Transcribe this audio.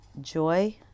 joy